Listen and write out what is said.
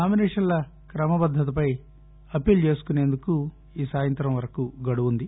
నామినేషన్ల క్రమబద్దతపై అప్పీల్ చేసుకునేందుకు ఈ సాయంగ్రం వరకు గడువు ఉంది